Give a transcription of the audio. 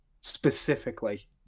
specifically